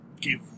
give